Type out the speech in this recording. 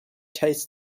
tastes